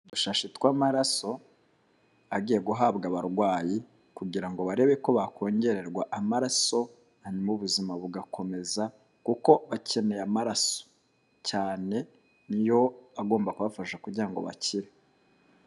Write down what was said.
Udushashi tw'amaraso agiye guhabwa abarwayi kugira ngo barebe ko bakongererwa amaraso, hanyuma ubuzima bugakomeza kuko bakeneye amaraso cyane, ni yo agomba kubafasha kugira ngo bakire.